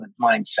mindset